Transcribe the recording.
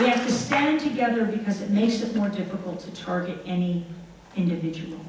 you to stand together because it makes it more difficult to target any individual